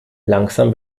langsam